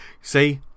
see